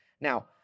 Now